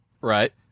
Right